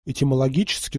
этимологически